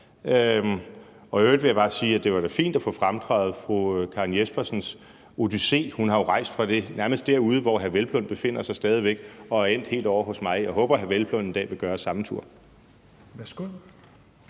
I øvrigt vil jeg bare sige, at det da var fint at få fremdraget fru Karen Jespersens odyssé. Hun har jo rejst nærmest derudefra, hvor hr. Peder Hvelplund befinder sig stadig væk, og er endt helt ovre hos mig. Jeg håber, hr. Peder Hvelplund en dag vil gøre samme tur. Kl.